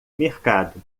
mercado